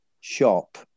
shop